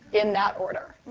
in that order.